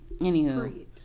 Anywho